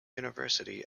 university